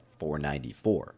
494